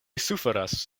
suferas